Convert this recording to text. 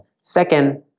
Second